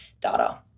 data